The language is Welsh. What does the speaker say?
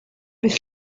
fydd